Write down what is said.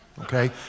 okay